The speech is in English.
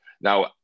Now